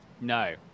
No